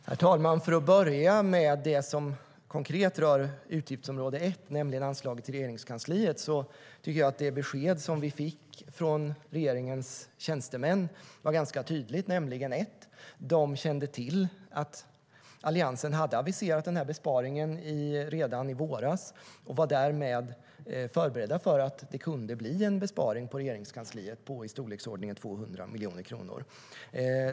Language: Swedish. STYLEREF Kantrubrik \* MERGEFORMAT Rikets styrelseFör det första: De kände till att Alliansen hade aviserat besparingen redan i våras och var därmed förberedda på att det kunde bli en besparing på Regeringskansliet på i storleksordningen 200 miljoner kronor.